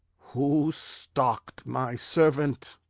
who stock'd my servant?